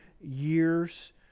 years